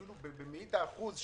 אפילו במאית אחוז,